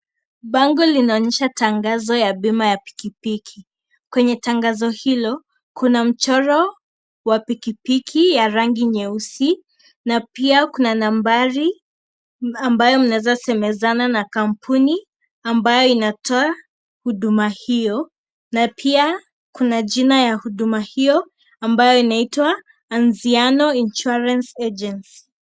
Bango linaonyesha tangazo ya bima ya pikipiki. Kwenye tangazo hilo Kuna mchoro wa pikipiki ya rangi nyeusi, na pia kuna nambari ambayo mnaeza semezana na kampuni ambayo inatoa huduma hiyo, na pia Kuna jina ya huduma hiyo ambayo inaitwa Anziano Insurance Agency .